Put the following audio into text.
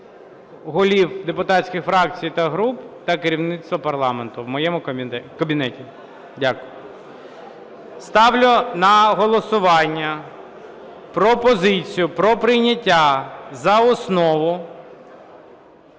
голів депутатських фракцій та груп та керівництва парламенту в моєму кабінеті. Дякую. Ставлю на голосування на голосування пропозицію про прийняття за основу